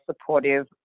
supportive